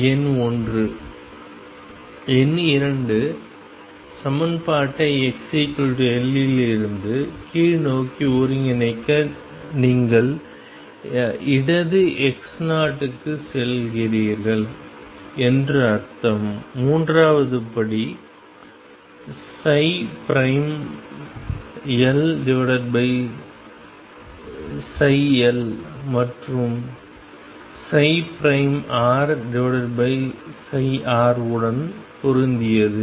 எண் 2 சமன்பாட்டை xL இலிருந்து கீழ்நோக்கி ஒருங்கிணைக்க நீங்கள் இடது x0 க்குச் செல்கிறீர்கள் என்று அர்த்தம் மூன்றாவது படி LL மற்றும் RR உடன் பொருந்தியது